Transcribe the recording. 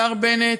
השר בנט,